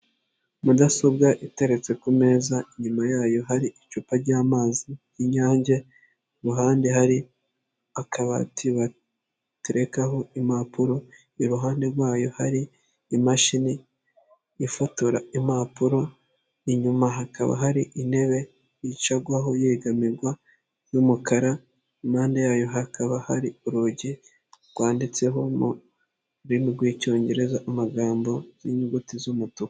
Mudasobwa iteretse ku meza inyuma yayo hari icupa ryamazi y'inyange kuruhande hari akabati baterekaho impapuro iruhande rwayo hari imashini ifotora impapuro, inyuma hakaba hari intebe yicarwaho yegamirwa y'umukara impande yayo hakaba hari urugi rwanditseho mu rurimi rw'icyongereza amagambo n'inyuguti z'umutuku.